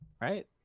right